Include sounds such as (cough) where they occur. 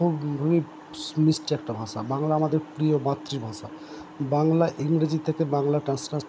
খুবই মিষ্টি একটা ভাষা আমাদের প্রিয় মাতৃভাষা বাংলা ইংরাজি থেকে বাংলা (unintelligible)